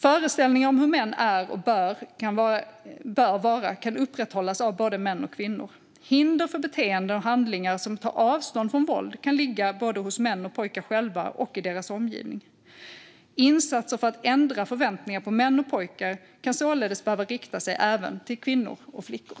Föreställningar om hur män är och bör vara kan upprätthållas av både män och kvinnor. Hinder för beteenden och handlingar som tar avstånd från våld kan ligga både hos män och pojkar själva och i deras omgivning. Insatser för att ändra förväntningar på män och pojkar kan således behöva rikta sig även till kvinnor och flickor.